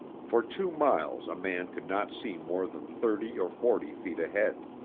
for two miles a man could not see more than thirty or forty feet ahead.